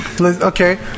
Okay